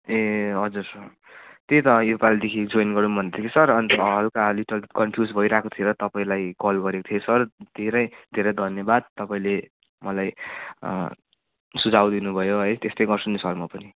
ए हजुर सर त्यही त यसपालिदेखि जोइन गरौँ भनेको थिएँ कि सर अन्त हल्का लिटल कन्फ्युज भइरहेको थिएँ र तपाईँलाई कल गरेको थिएँ सर धेरै धेरै धन्यवाद तपाईँले मलाई सुझाउ दिनु भयो है त्यस्तै गर्छु नि सर म पनि